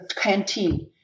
canteen